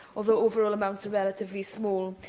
although overall amounts are relatively small.